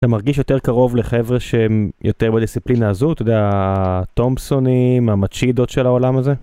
אתה מרגיש יותר קרוב לחבר'ה שהם יותר בדיסציפלינה הזאת, אתה יודע, הטומפסונים, המצ'ידות של העולם הזה?